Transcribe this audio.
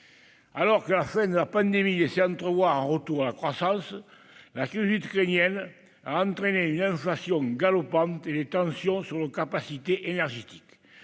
Alors que la fin de la pandémie laissait entrevoir un retour à la croissance, la crise ukrainienne a provoqué une inflation galopante et engendré des tensions sur nos capacités énergétiques.